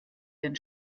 den